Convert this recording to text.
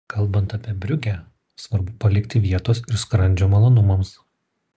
kalbant apie briugę svarbu palikti vietos ir skrandžio malonumams